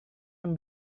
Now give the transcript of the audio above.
yang